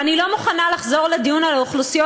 ואני לא מוכנה לחזור לדיון על האוכלוסיות